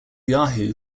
yahoo